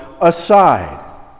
aside